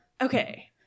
Okay